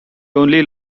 only